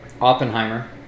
Oppenheimer